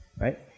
right